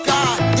God